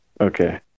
Okay